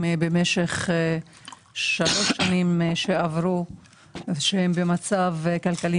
במשך שלוש שנים כשהם היו במצב כלכלי